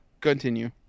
continue